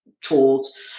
tools